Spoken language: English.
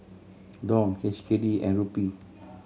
Dong H K D and Rupee